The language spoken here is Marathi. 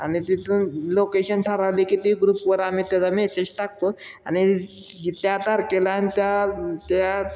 आणि तिथून लोकेशन ठरवली की ती ग्रुपवर आम्ही त्याचा मेसेज टाकतो आणि त्या तारखेला आणि त्या त्या